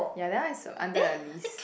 ya that one is under the list